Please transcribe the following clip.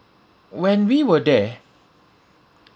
when we were there